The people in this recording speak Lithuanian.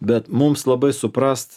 bet mums labai suprast